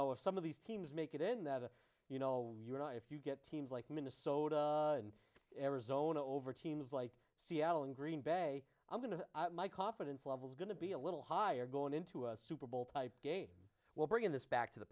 know if some of these teams make it in that you know if you get teams like minnesota and arizona over teams like seattle and green bay i'm going to my confidence levels are going to be a little higher going into a super bowl type game will bring this back to the